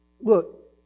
look